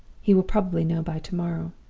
he will probably know by to-morrow.